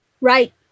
Right